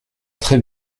très